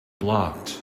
blocked